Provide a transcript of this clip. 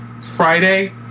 Friday